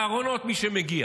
בארונות, מי שמגיע.